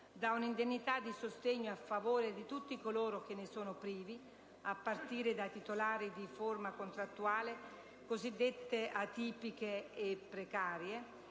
da un'indennità di sostegno a favore di tutti coloro che ne sono privi, a partire dai titolari di forma contrattuali cosiddette atipiche e precarie,